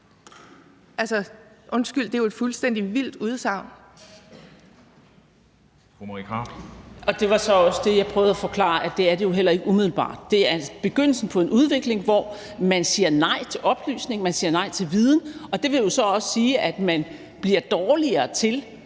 at forklare, nemlig at det er det jo heller ikke umiddelbart. Det er begyndelsen på en udvikling, hvor man siger nej til oplysning, man siger nej til viden, og det vil jo så også sige, at man bliver dårligere til